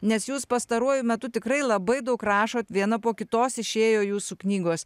nes jūs pastaruoju metu tikrai labai daug rašot viena po kitos išėjo jūsų knygos